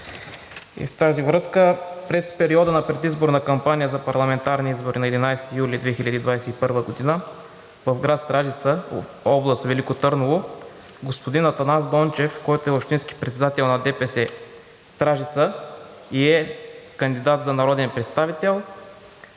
И в тази връзка, през периода на предизборната кампания за парламентарни избори на 11 юли 2021 г. в град Стражица, област Велико Търново, господин Атанас Дончев, който е общински председател на ДПС – Стражица, и е кандидат за народен представител,